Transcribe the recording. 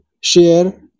share